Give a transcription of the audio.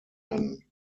werden